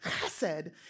chesed